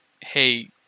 Hey